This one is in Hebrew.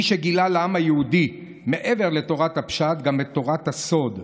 מי שגילה לעם היהודי מעבר לתורת הפשט גם את תורת הסוד,